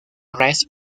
rex